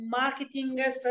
marketing